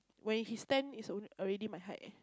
when he stand is al~ already my height eh